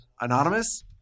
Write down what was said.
anonymous